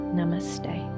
Namaste